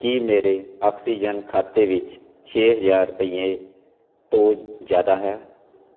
ਕੀ ਮੇਰੇ ਆਕਸੀਜਨ ਖਾਤੇ ਵਿੱਚ ਛੇ ਹਜ਼ਾਰ ਰੁਪਈਏ ਤੋਂ ਜ਼ਿਆਦਾ ਹੈ